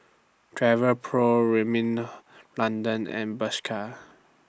Travelpro Rimmel London and Bershka